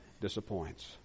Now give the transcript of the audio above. disappoints